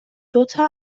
دوتا